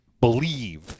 believe